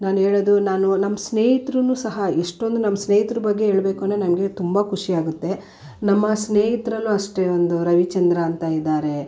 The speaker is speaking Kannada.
ನಾನು ಹೇಳೋದು ನಾನು ನಮ್ಮ ಸ್ನೇಹಿತರೂ ಸಹ ಎಷ್ಟೊಂದು ನಮ್ಮ ಸ್ನೇಹಿತರು ಬಗ್ಗೆ ಹೇಳಬೇಕು ನನಗೆ ತುಂಬ ಖುಷಿ ಆಗುತ್ತೆ ನಮ್ಮ ಸ್ನೇಹಿತರಲ್ಲೂ ಅಷ್ಟೇ ಒಂದು ರವಿಚಂದ್ರ ಅಂತ ಇದ್ದಾರೆ